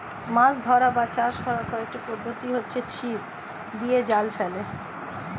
মাছ ধরা বা চাষ করার কয়েকটি পদ্ধতি হচ্ছে ছিপ দিয়ে, জাল ফেলে